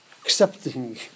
accepting